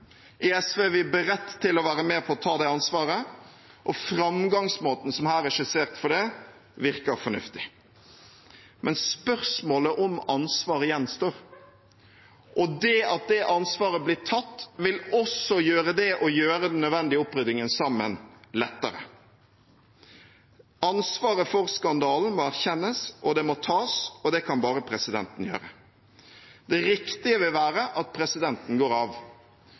I SV er vi beredt til å være med på å ta det ansvaret, og framgangsmåten som her er skissert for det, virker fornuftig. Men spørsmålet om ansvaret gjenstår, og det at det ansvaret blir tatt, vil også gjøre det å gjøre den nødvendige oppryddingen sammen, lettere. Ansvaret for skandalen må erkjennes, og det må tas, og det kan bare presidenten gjøre. Det riktige vil være at presidenten går av.